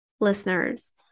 Listeners